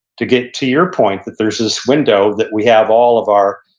to get to your point, that there's this window that we have all of our,